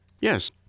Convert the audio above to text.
Yes